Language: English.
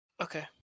Okay